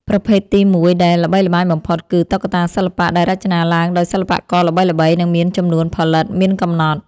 ប្រភេទទីមួយដែលល្បីល្បាញបំផុតគឺ តុក្កតាសិល្បៈ ដែលរចនាឡើងដោយសិល្បករល្បីៗ និងមានចំនួនផលិតមានកំណត់។